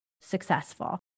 successful